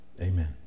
amen